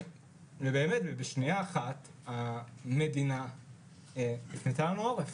בשנייה אחת המדינה הפנתה לנו עורף.